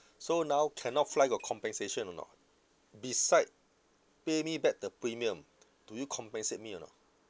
so now cannot fly got compensation or not beside pay me back the premium do you compensate me or not